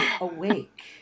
awake